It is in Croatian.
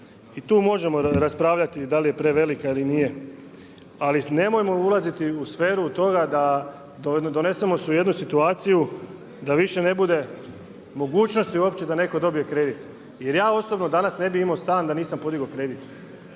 i tu možemo raspravljati da li je prevelika ili nije ali nemojmo ulaziti u sferu toga da donesemo se u jednu situaciju da više ne bude mogućnosti uopće da netko dobije kredit. Jer ja osobno danas ne bih imao stan da nisam podigao kredit,